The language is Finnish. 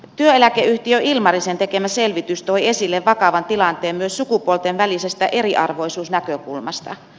työeläkeyhtiö ilmarisen tekemä selvitys toi esille vakavan tilanteen myös sukupuolten välisestä eriarvoisuusnäkökulmasta